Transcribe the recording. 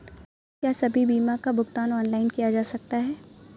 क्या सभी बीमा का भुगतान ऑनलाइन किया जा सकता है?